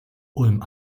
ulm